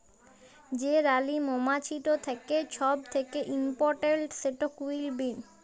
যে রালী মমাছিট থ্যাকে ছব থ্যাকে ইমপরট্যাল্ট, সেট কুইল বী